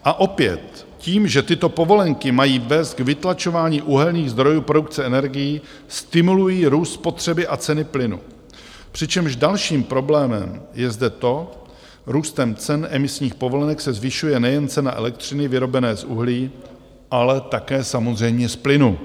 A opět, tím, že tyto povolenky mají vést k vytlačování uhelných zdrojů produkce energií, stimulují růst spotřeby a ceny plynu, přičemž dalším problémem je zde to růstem cen emisních povolenek se zvyšuje nejen cena elektřiny vyrobené z uhlí, ale také samozřejmě z plynu.